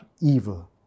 evil